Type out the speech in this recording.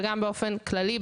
וגם באופן כללי,